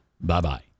Bye-bye